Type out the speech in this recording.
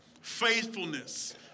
faithfulness